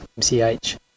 MCH